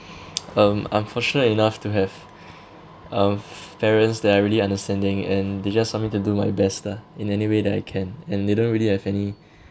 um I'm fortunate enough to have um parents that are really understanding and they just want me to do my best lah in any way that I can and they don't really have any